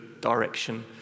direction